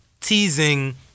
teasing